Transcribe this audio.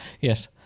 Yes